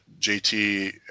JT